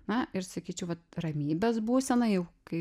na ir sakyčiau vat ramybės būsena jau kai